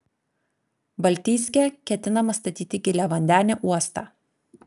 baltijske ketinama statyti giliavandenį uostą